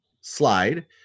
slide